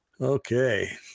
Okay